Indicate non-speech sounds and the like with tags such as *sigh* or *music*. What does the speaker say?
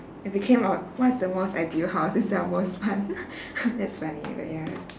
if became oh what's the most ideal house instead of most fun *laughs* that's funny but ya